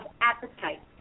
appetite